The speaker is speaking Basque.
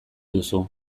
duzu